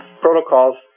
protocols